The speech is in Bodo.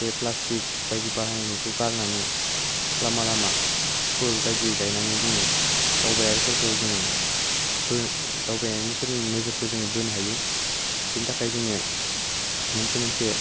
बे फ्लास्टिक बायदि बाहायनायखौ गारनानै लामा लामा फुल बायदि गायनानै जोङो दावबायारि फोरखौ जोङो बो दावबायारिफोरनि नोजोरखौ जोङो बोनो हायो बेनि थाखाय जोंनो मोनसे मोनसे